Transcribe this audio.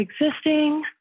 existing